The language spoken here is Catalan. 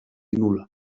nul·la